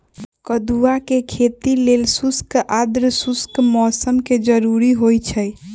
कदुआ के खेती लेल शुष्क आद्रशुष्क मौसम कें जरूरी होइ छै